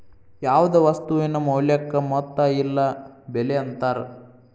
ಯಾವ್ದ್ ವಸ್ತುವಿನ ಮೌಲ್ಯಕ್ಕ ಮೊತ್ತ ಇಲ್ಲ ಬೆಲೆ ಅಂತಾರ